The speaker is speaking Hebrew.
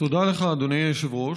תודה לך, אדוני היושב-ראש.